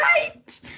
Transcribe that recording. right